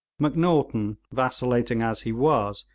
macnaghten, vacillating as he was,